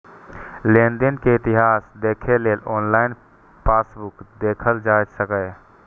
लेनदेन के इतिहास देखै लेल ऑनलाइन पासबुक देखल जा सकैए